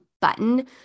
button